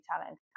talent